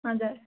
हजुर